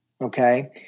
okay